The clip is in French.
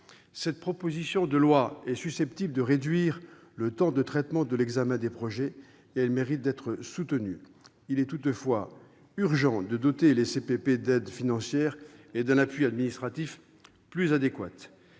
Cette proposition de loi est susceptible de réduire le temps de traitement de l'examen des projets et elle mérite d'être soutenue. Il est toutefois urgent de doter les CPP d'aides financières et d'un appui administratif plus adéquat.